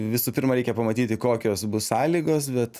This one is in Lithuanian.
visų pirma reikia pamatyti kokios bus sąlygos bet